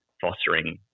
fostering